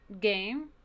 game